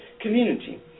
community